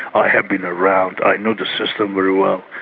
i have been around, i know the system very well,